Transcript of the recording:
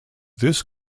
this